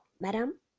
madam